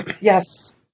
Yes